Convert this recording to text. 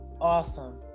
Awesome